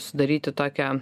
sudaryti tokią